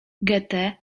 goethe